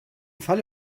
falle